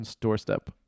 doorstep